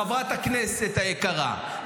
חברת הכנסת היקרה,